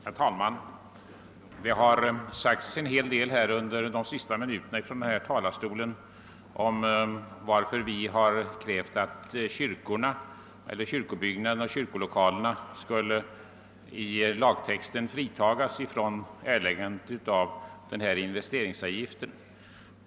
Herr talman! Det har under de senaste minuterna sagts en hel del från denna talarstol om varför vi krävt, att man vid byggande av kyrkolokaler bör fritas från erläggandet av investeringsavgift.